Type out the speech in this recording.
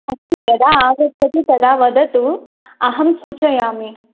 अस्तु यदा आगच्छति तदा वदतु अहं सूचयामि